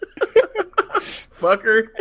Fucker